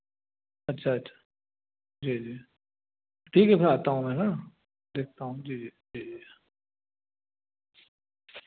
अच्छा अच्छा जी जी तो ठीक है फिर आता हूँ मैं है ना देखता हूँ जी जी जी जी